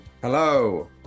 Hello